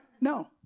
No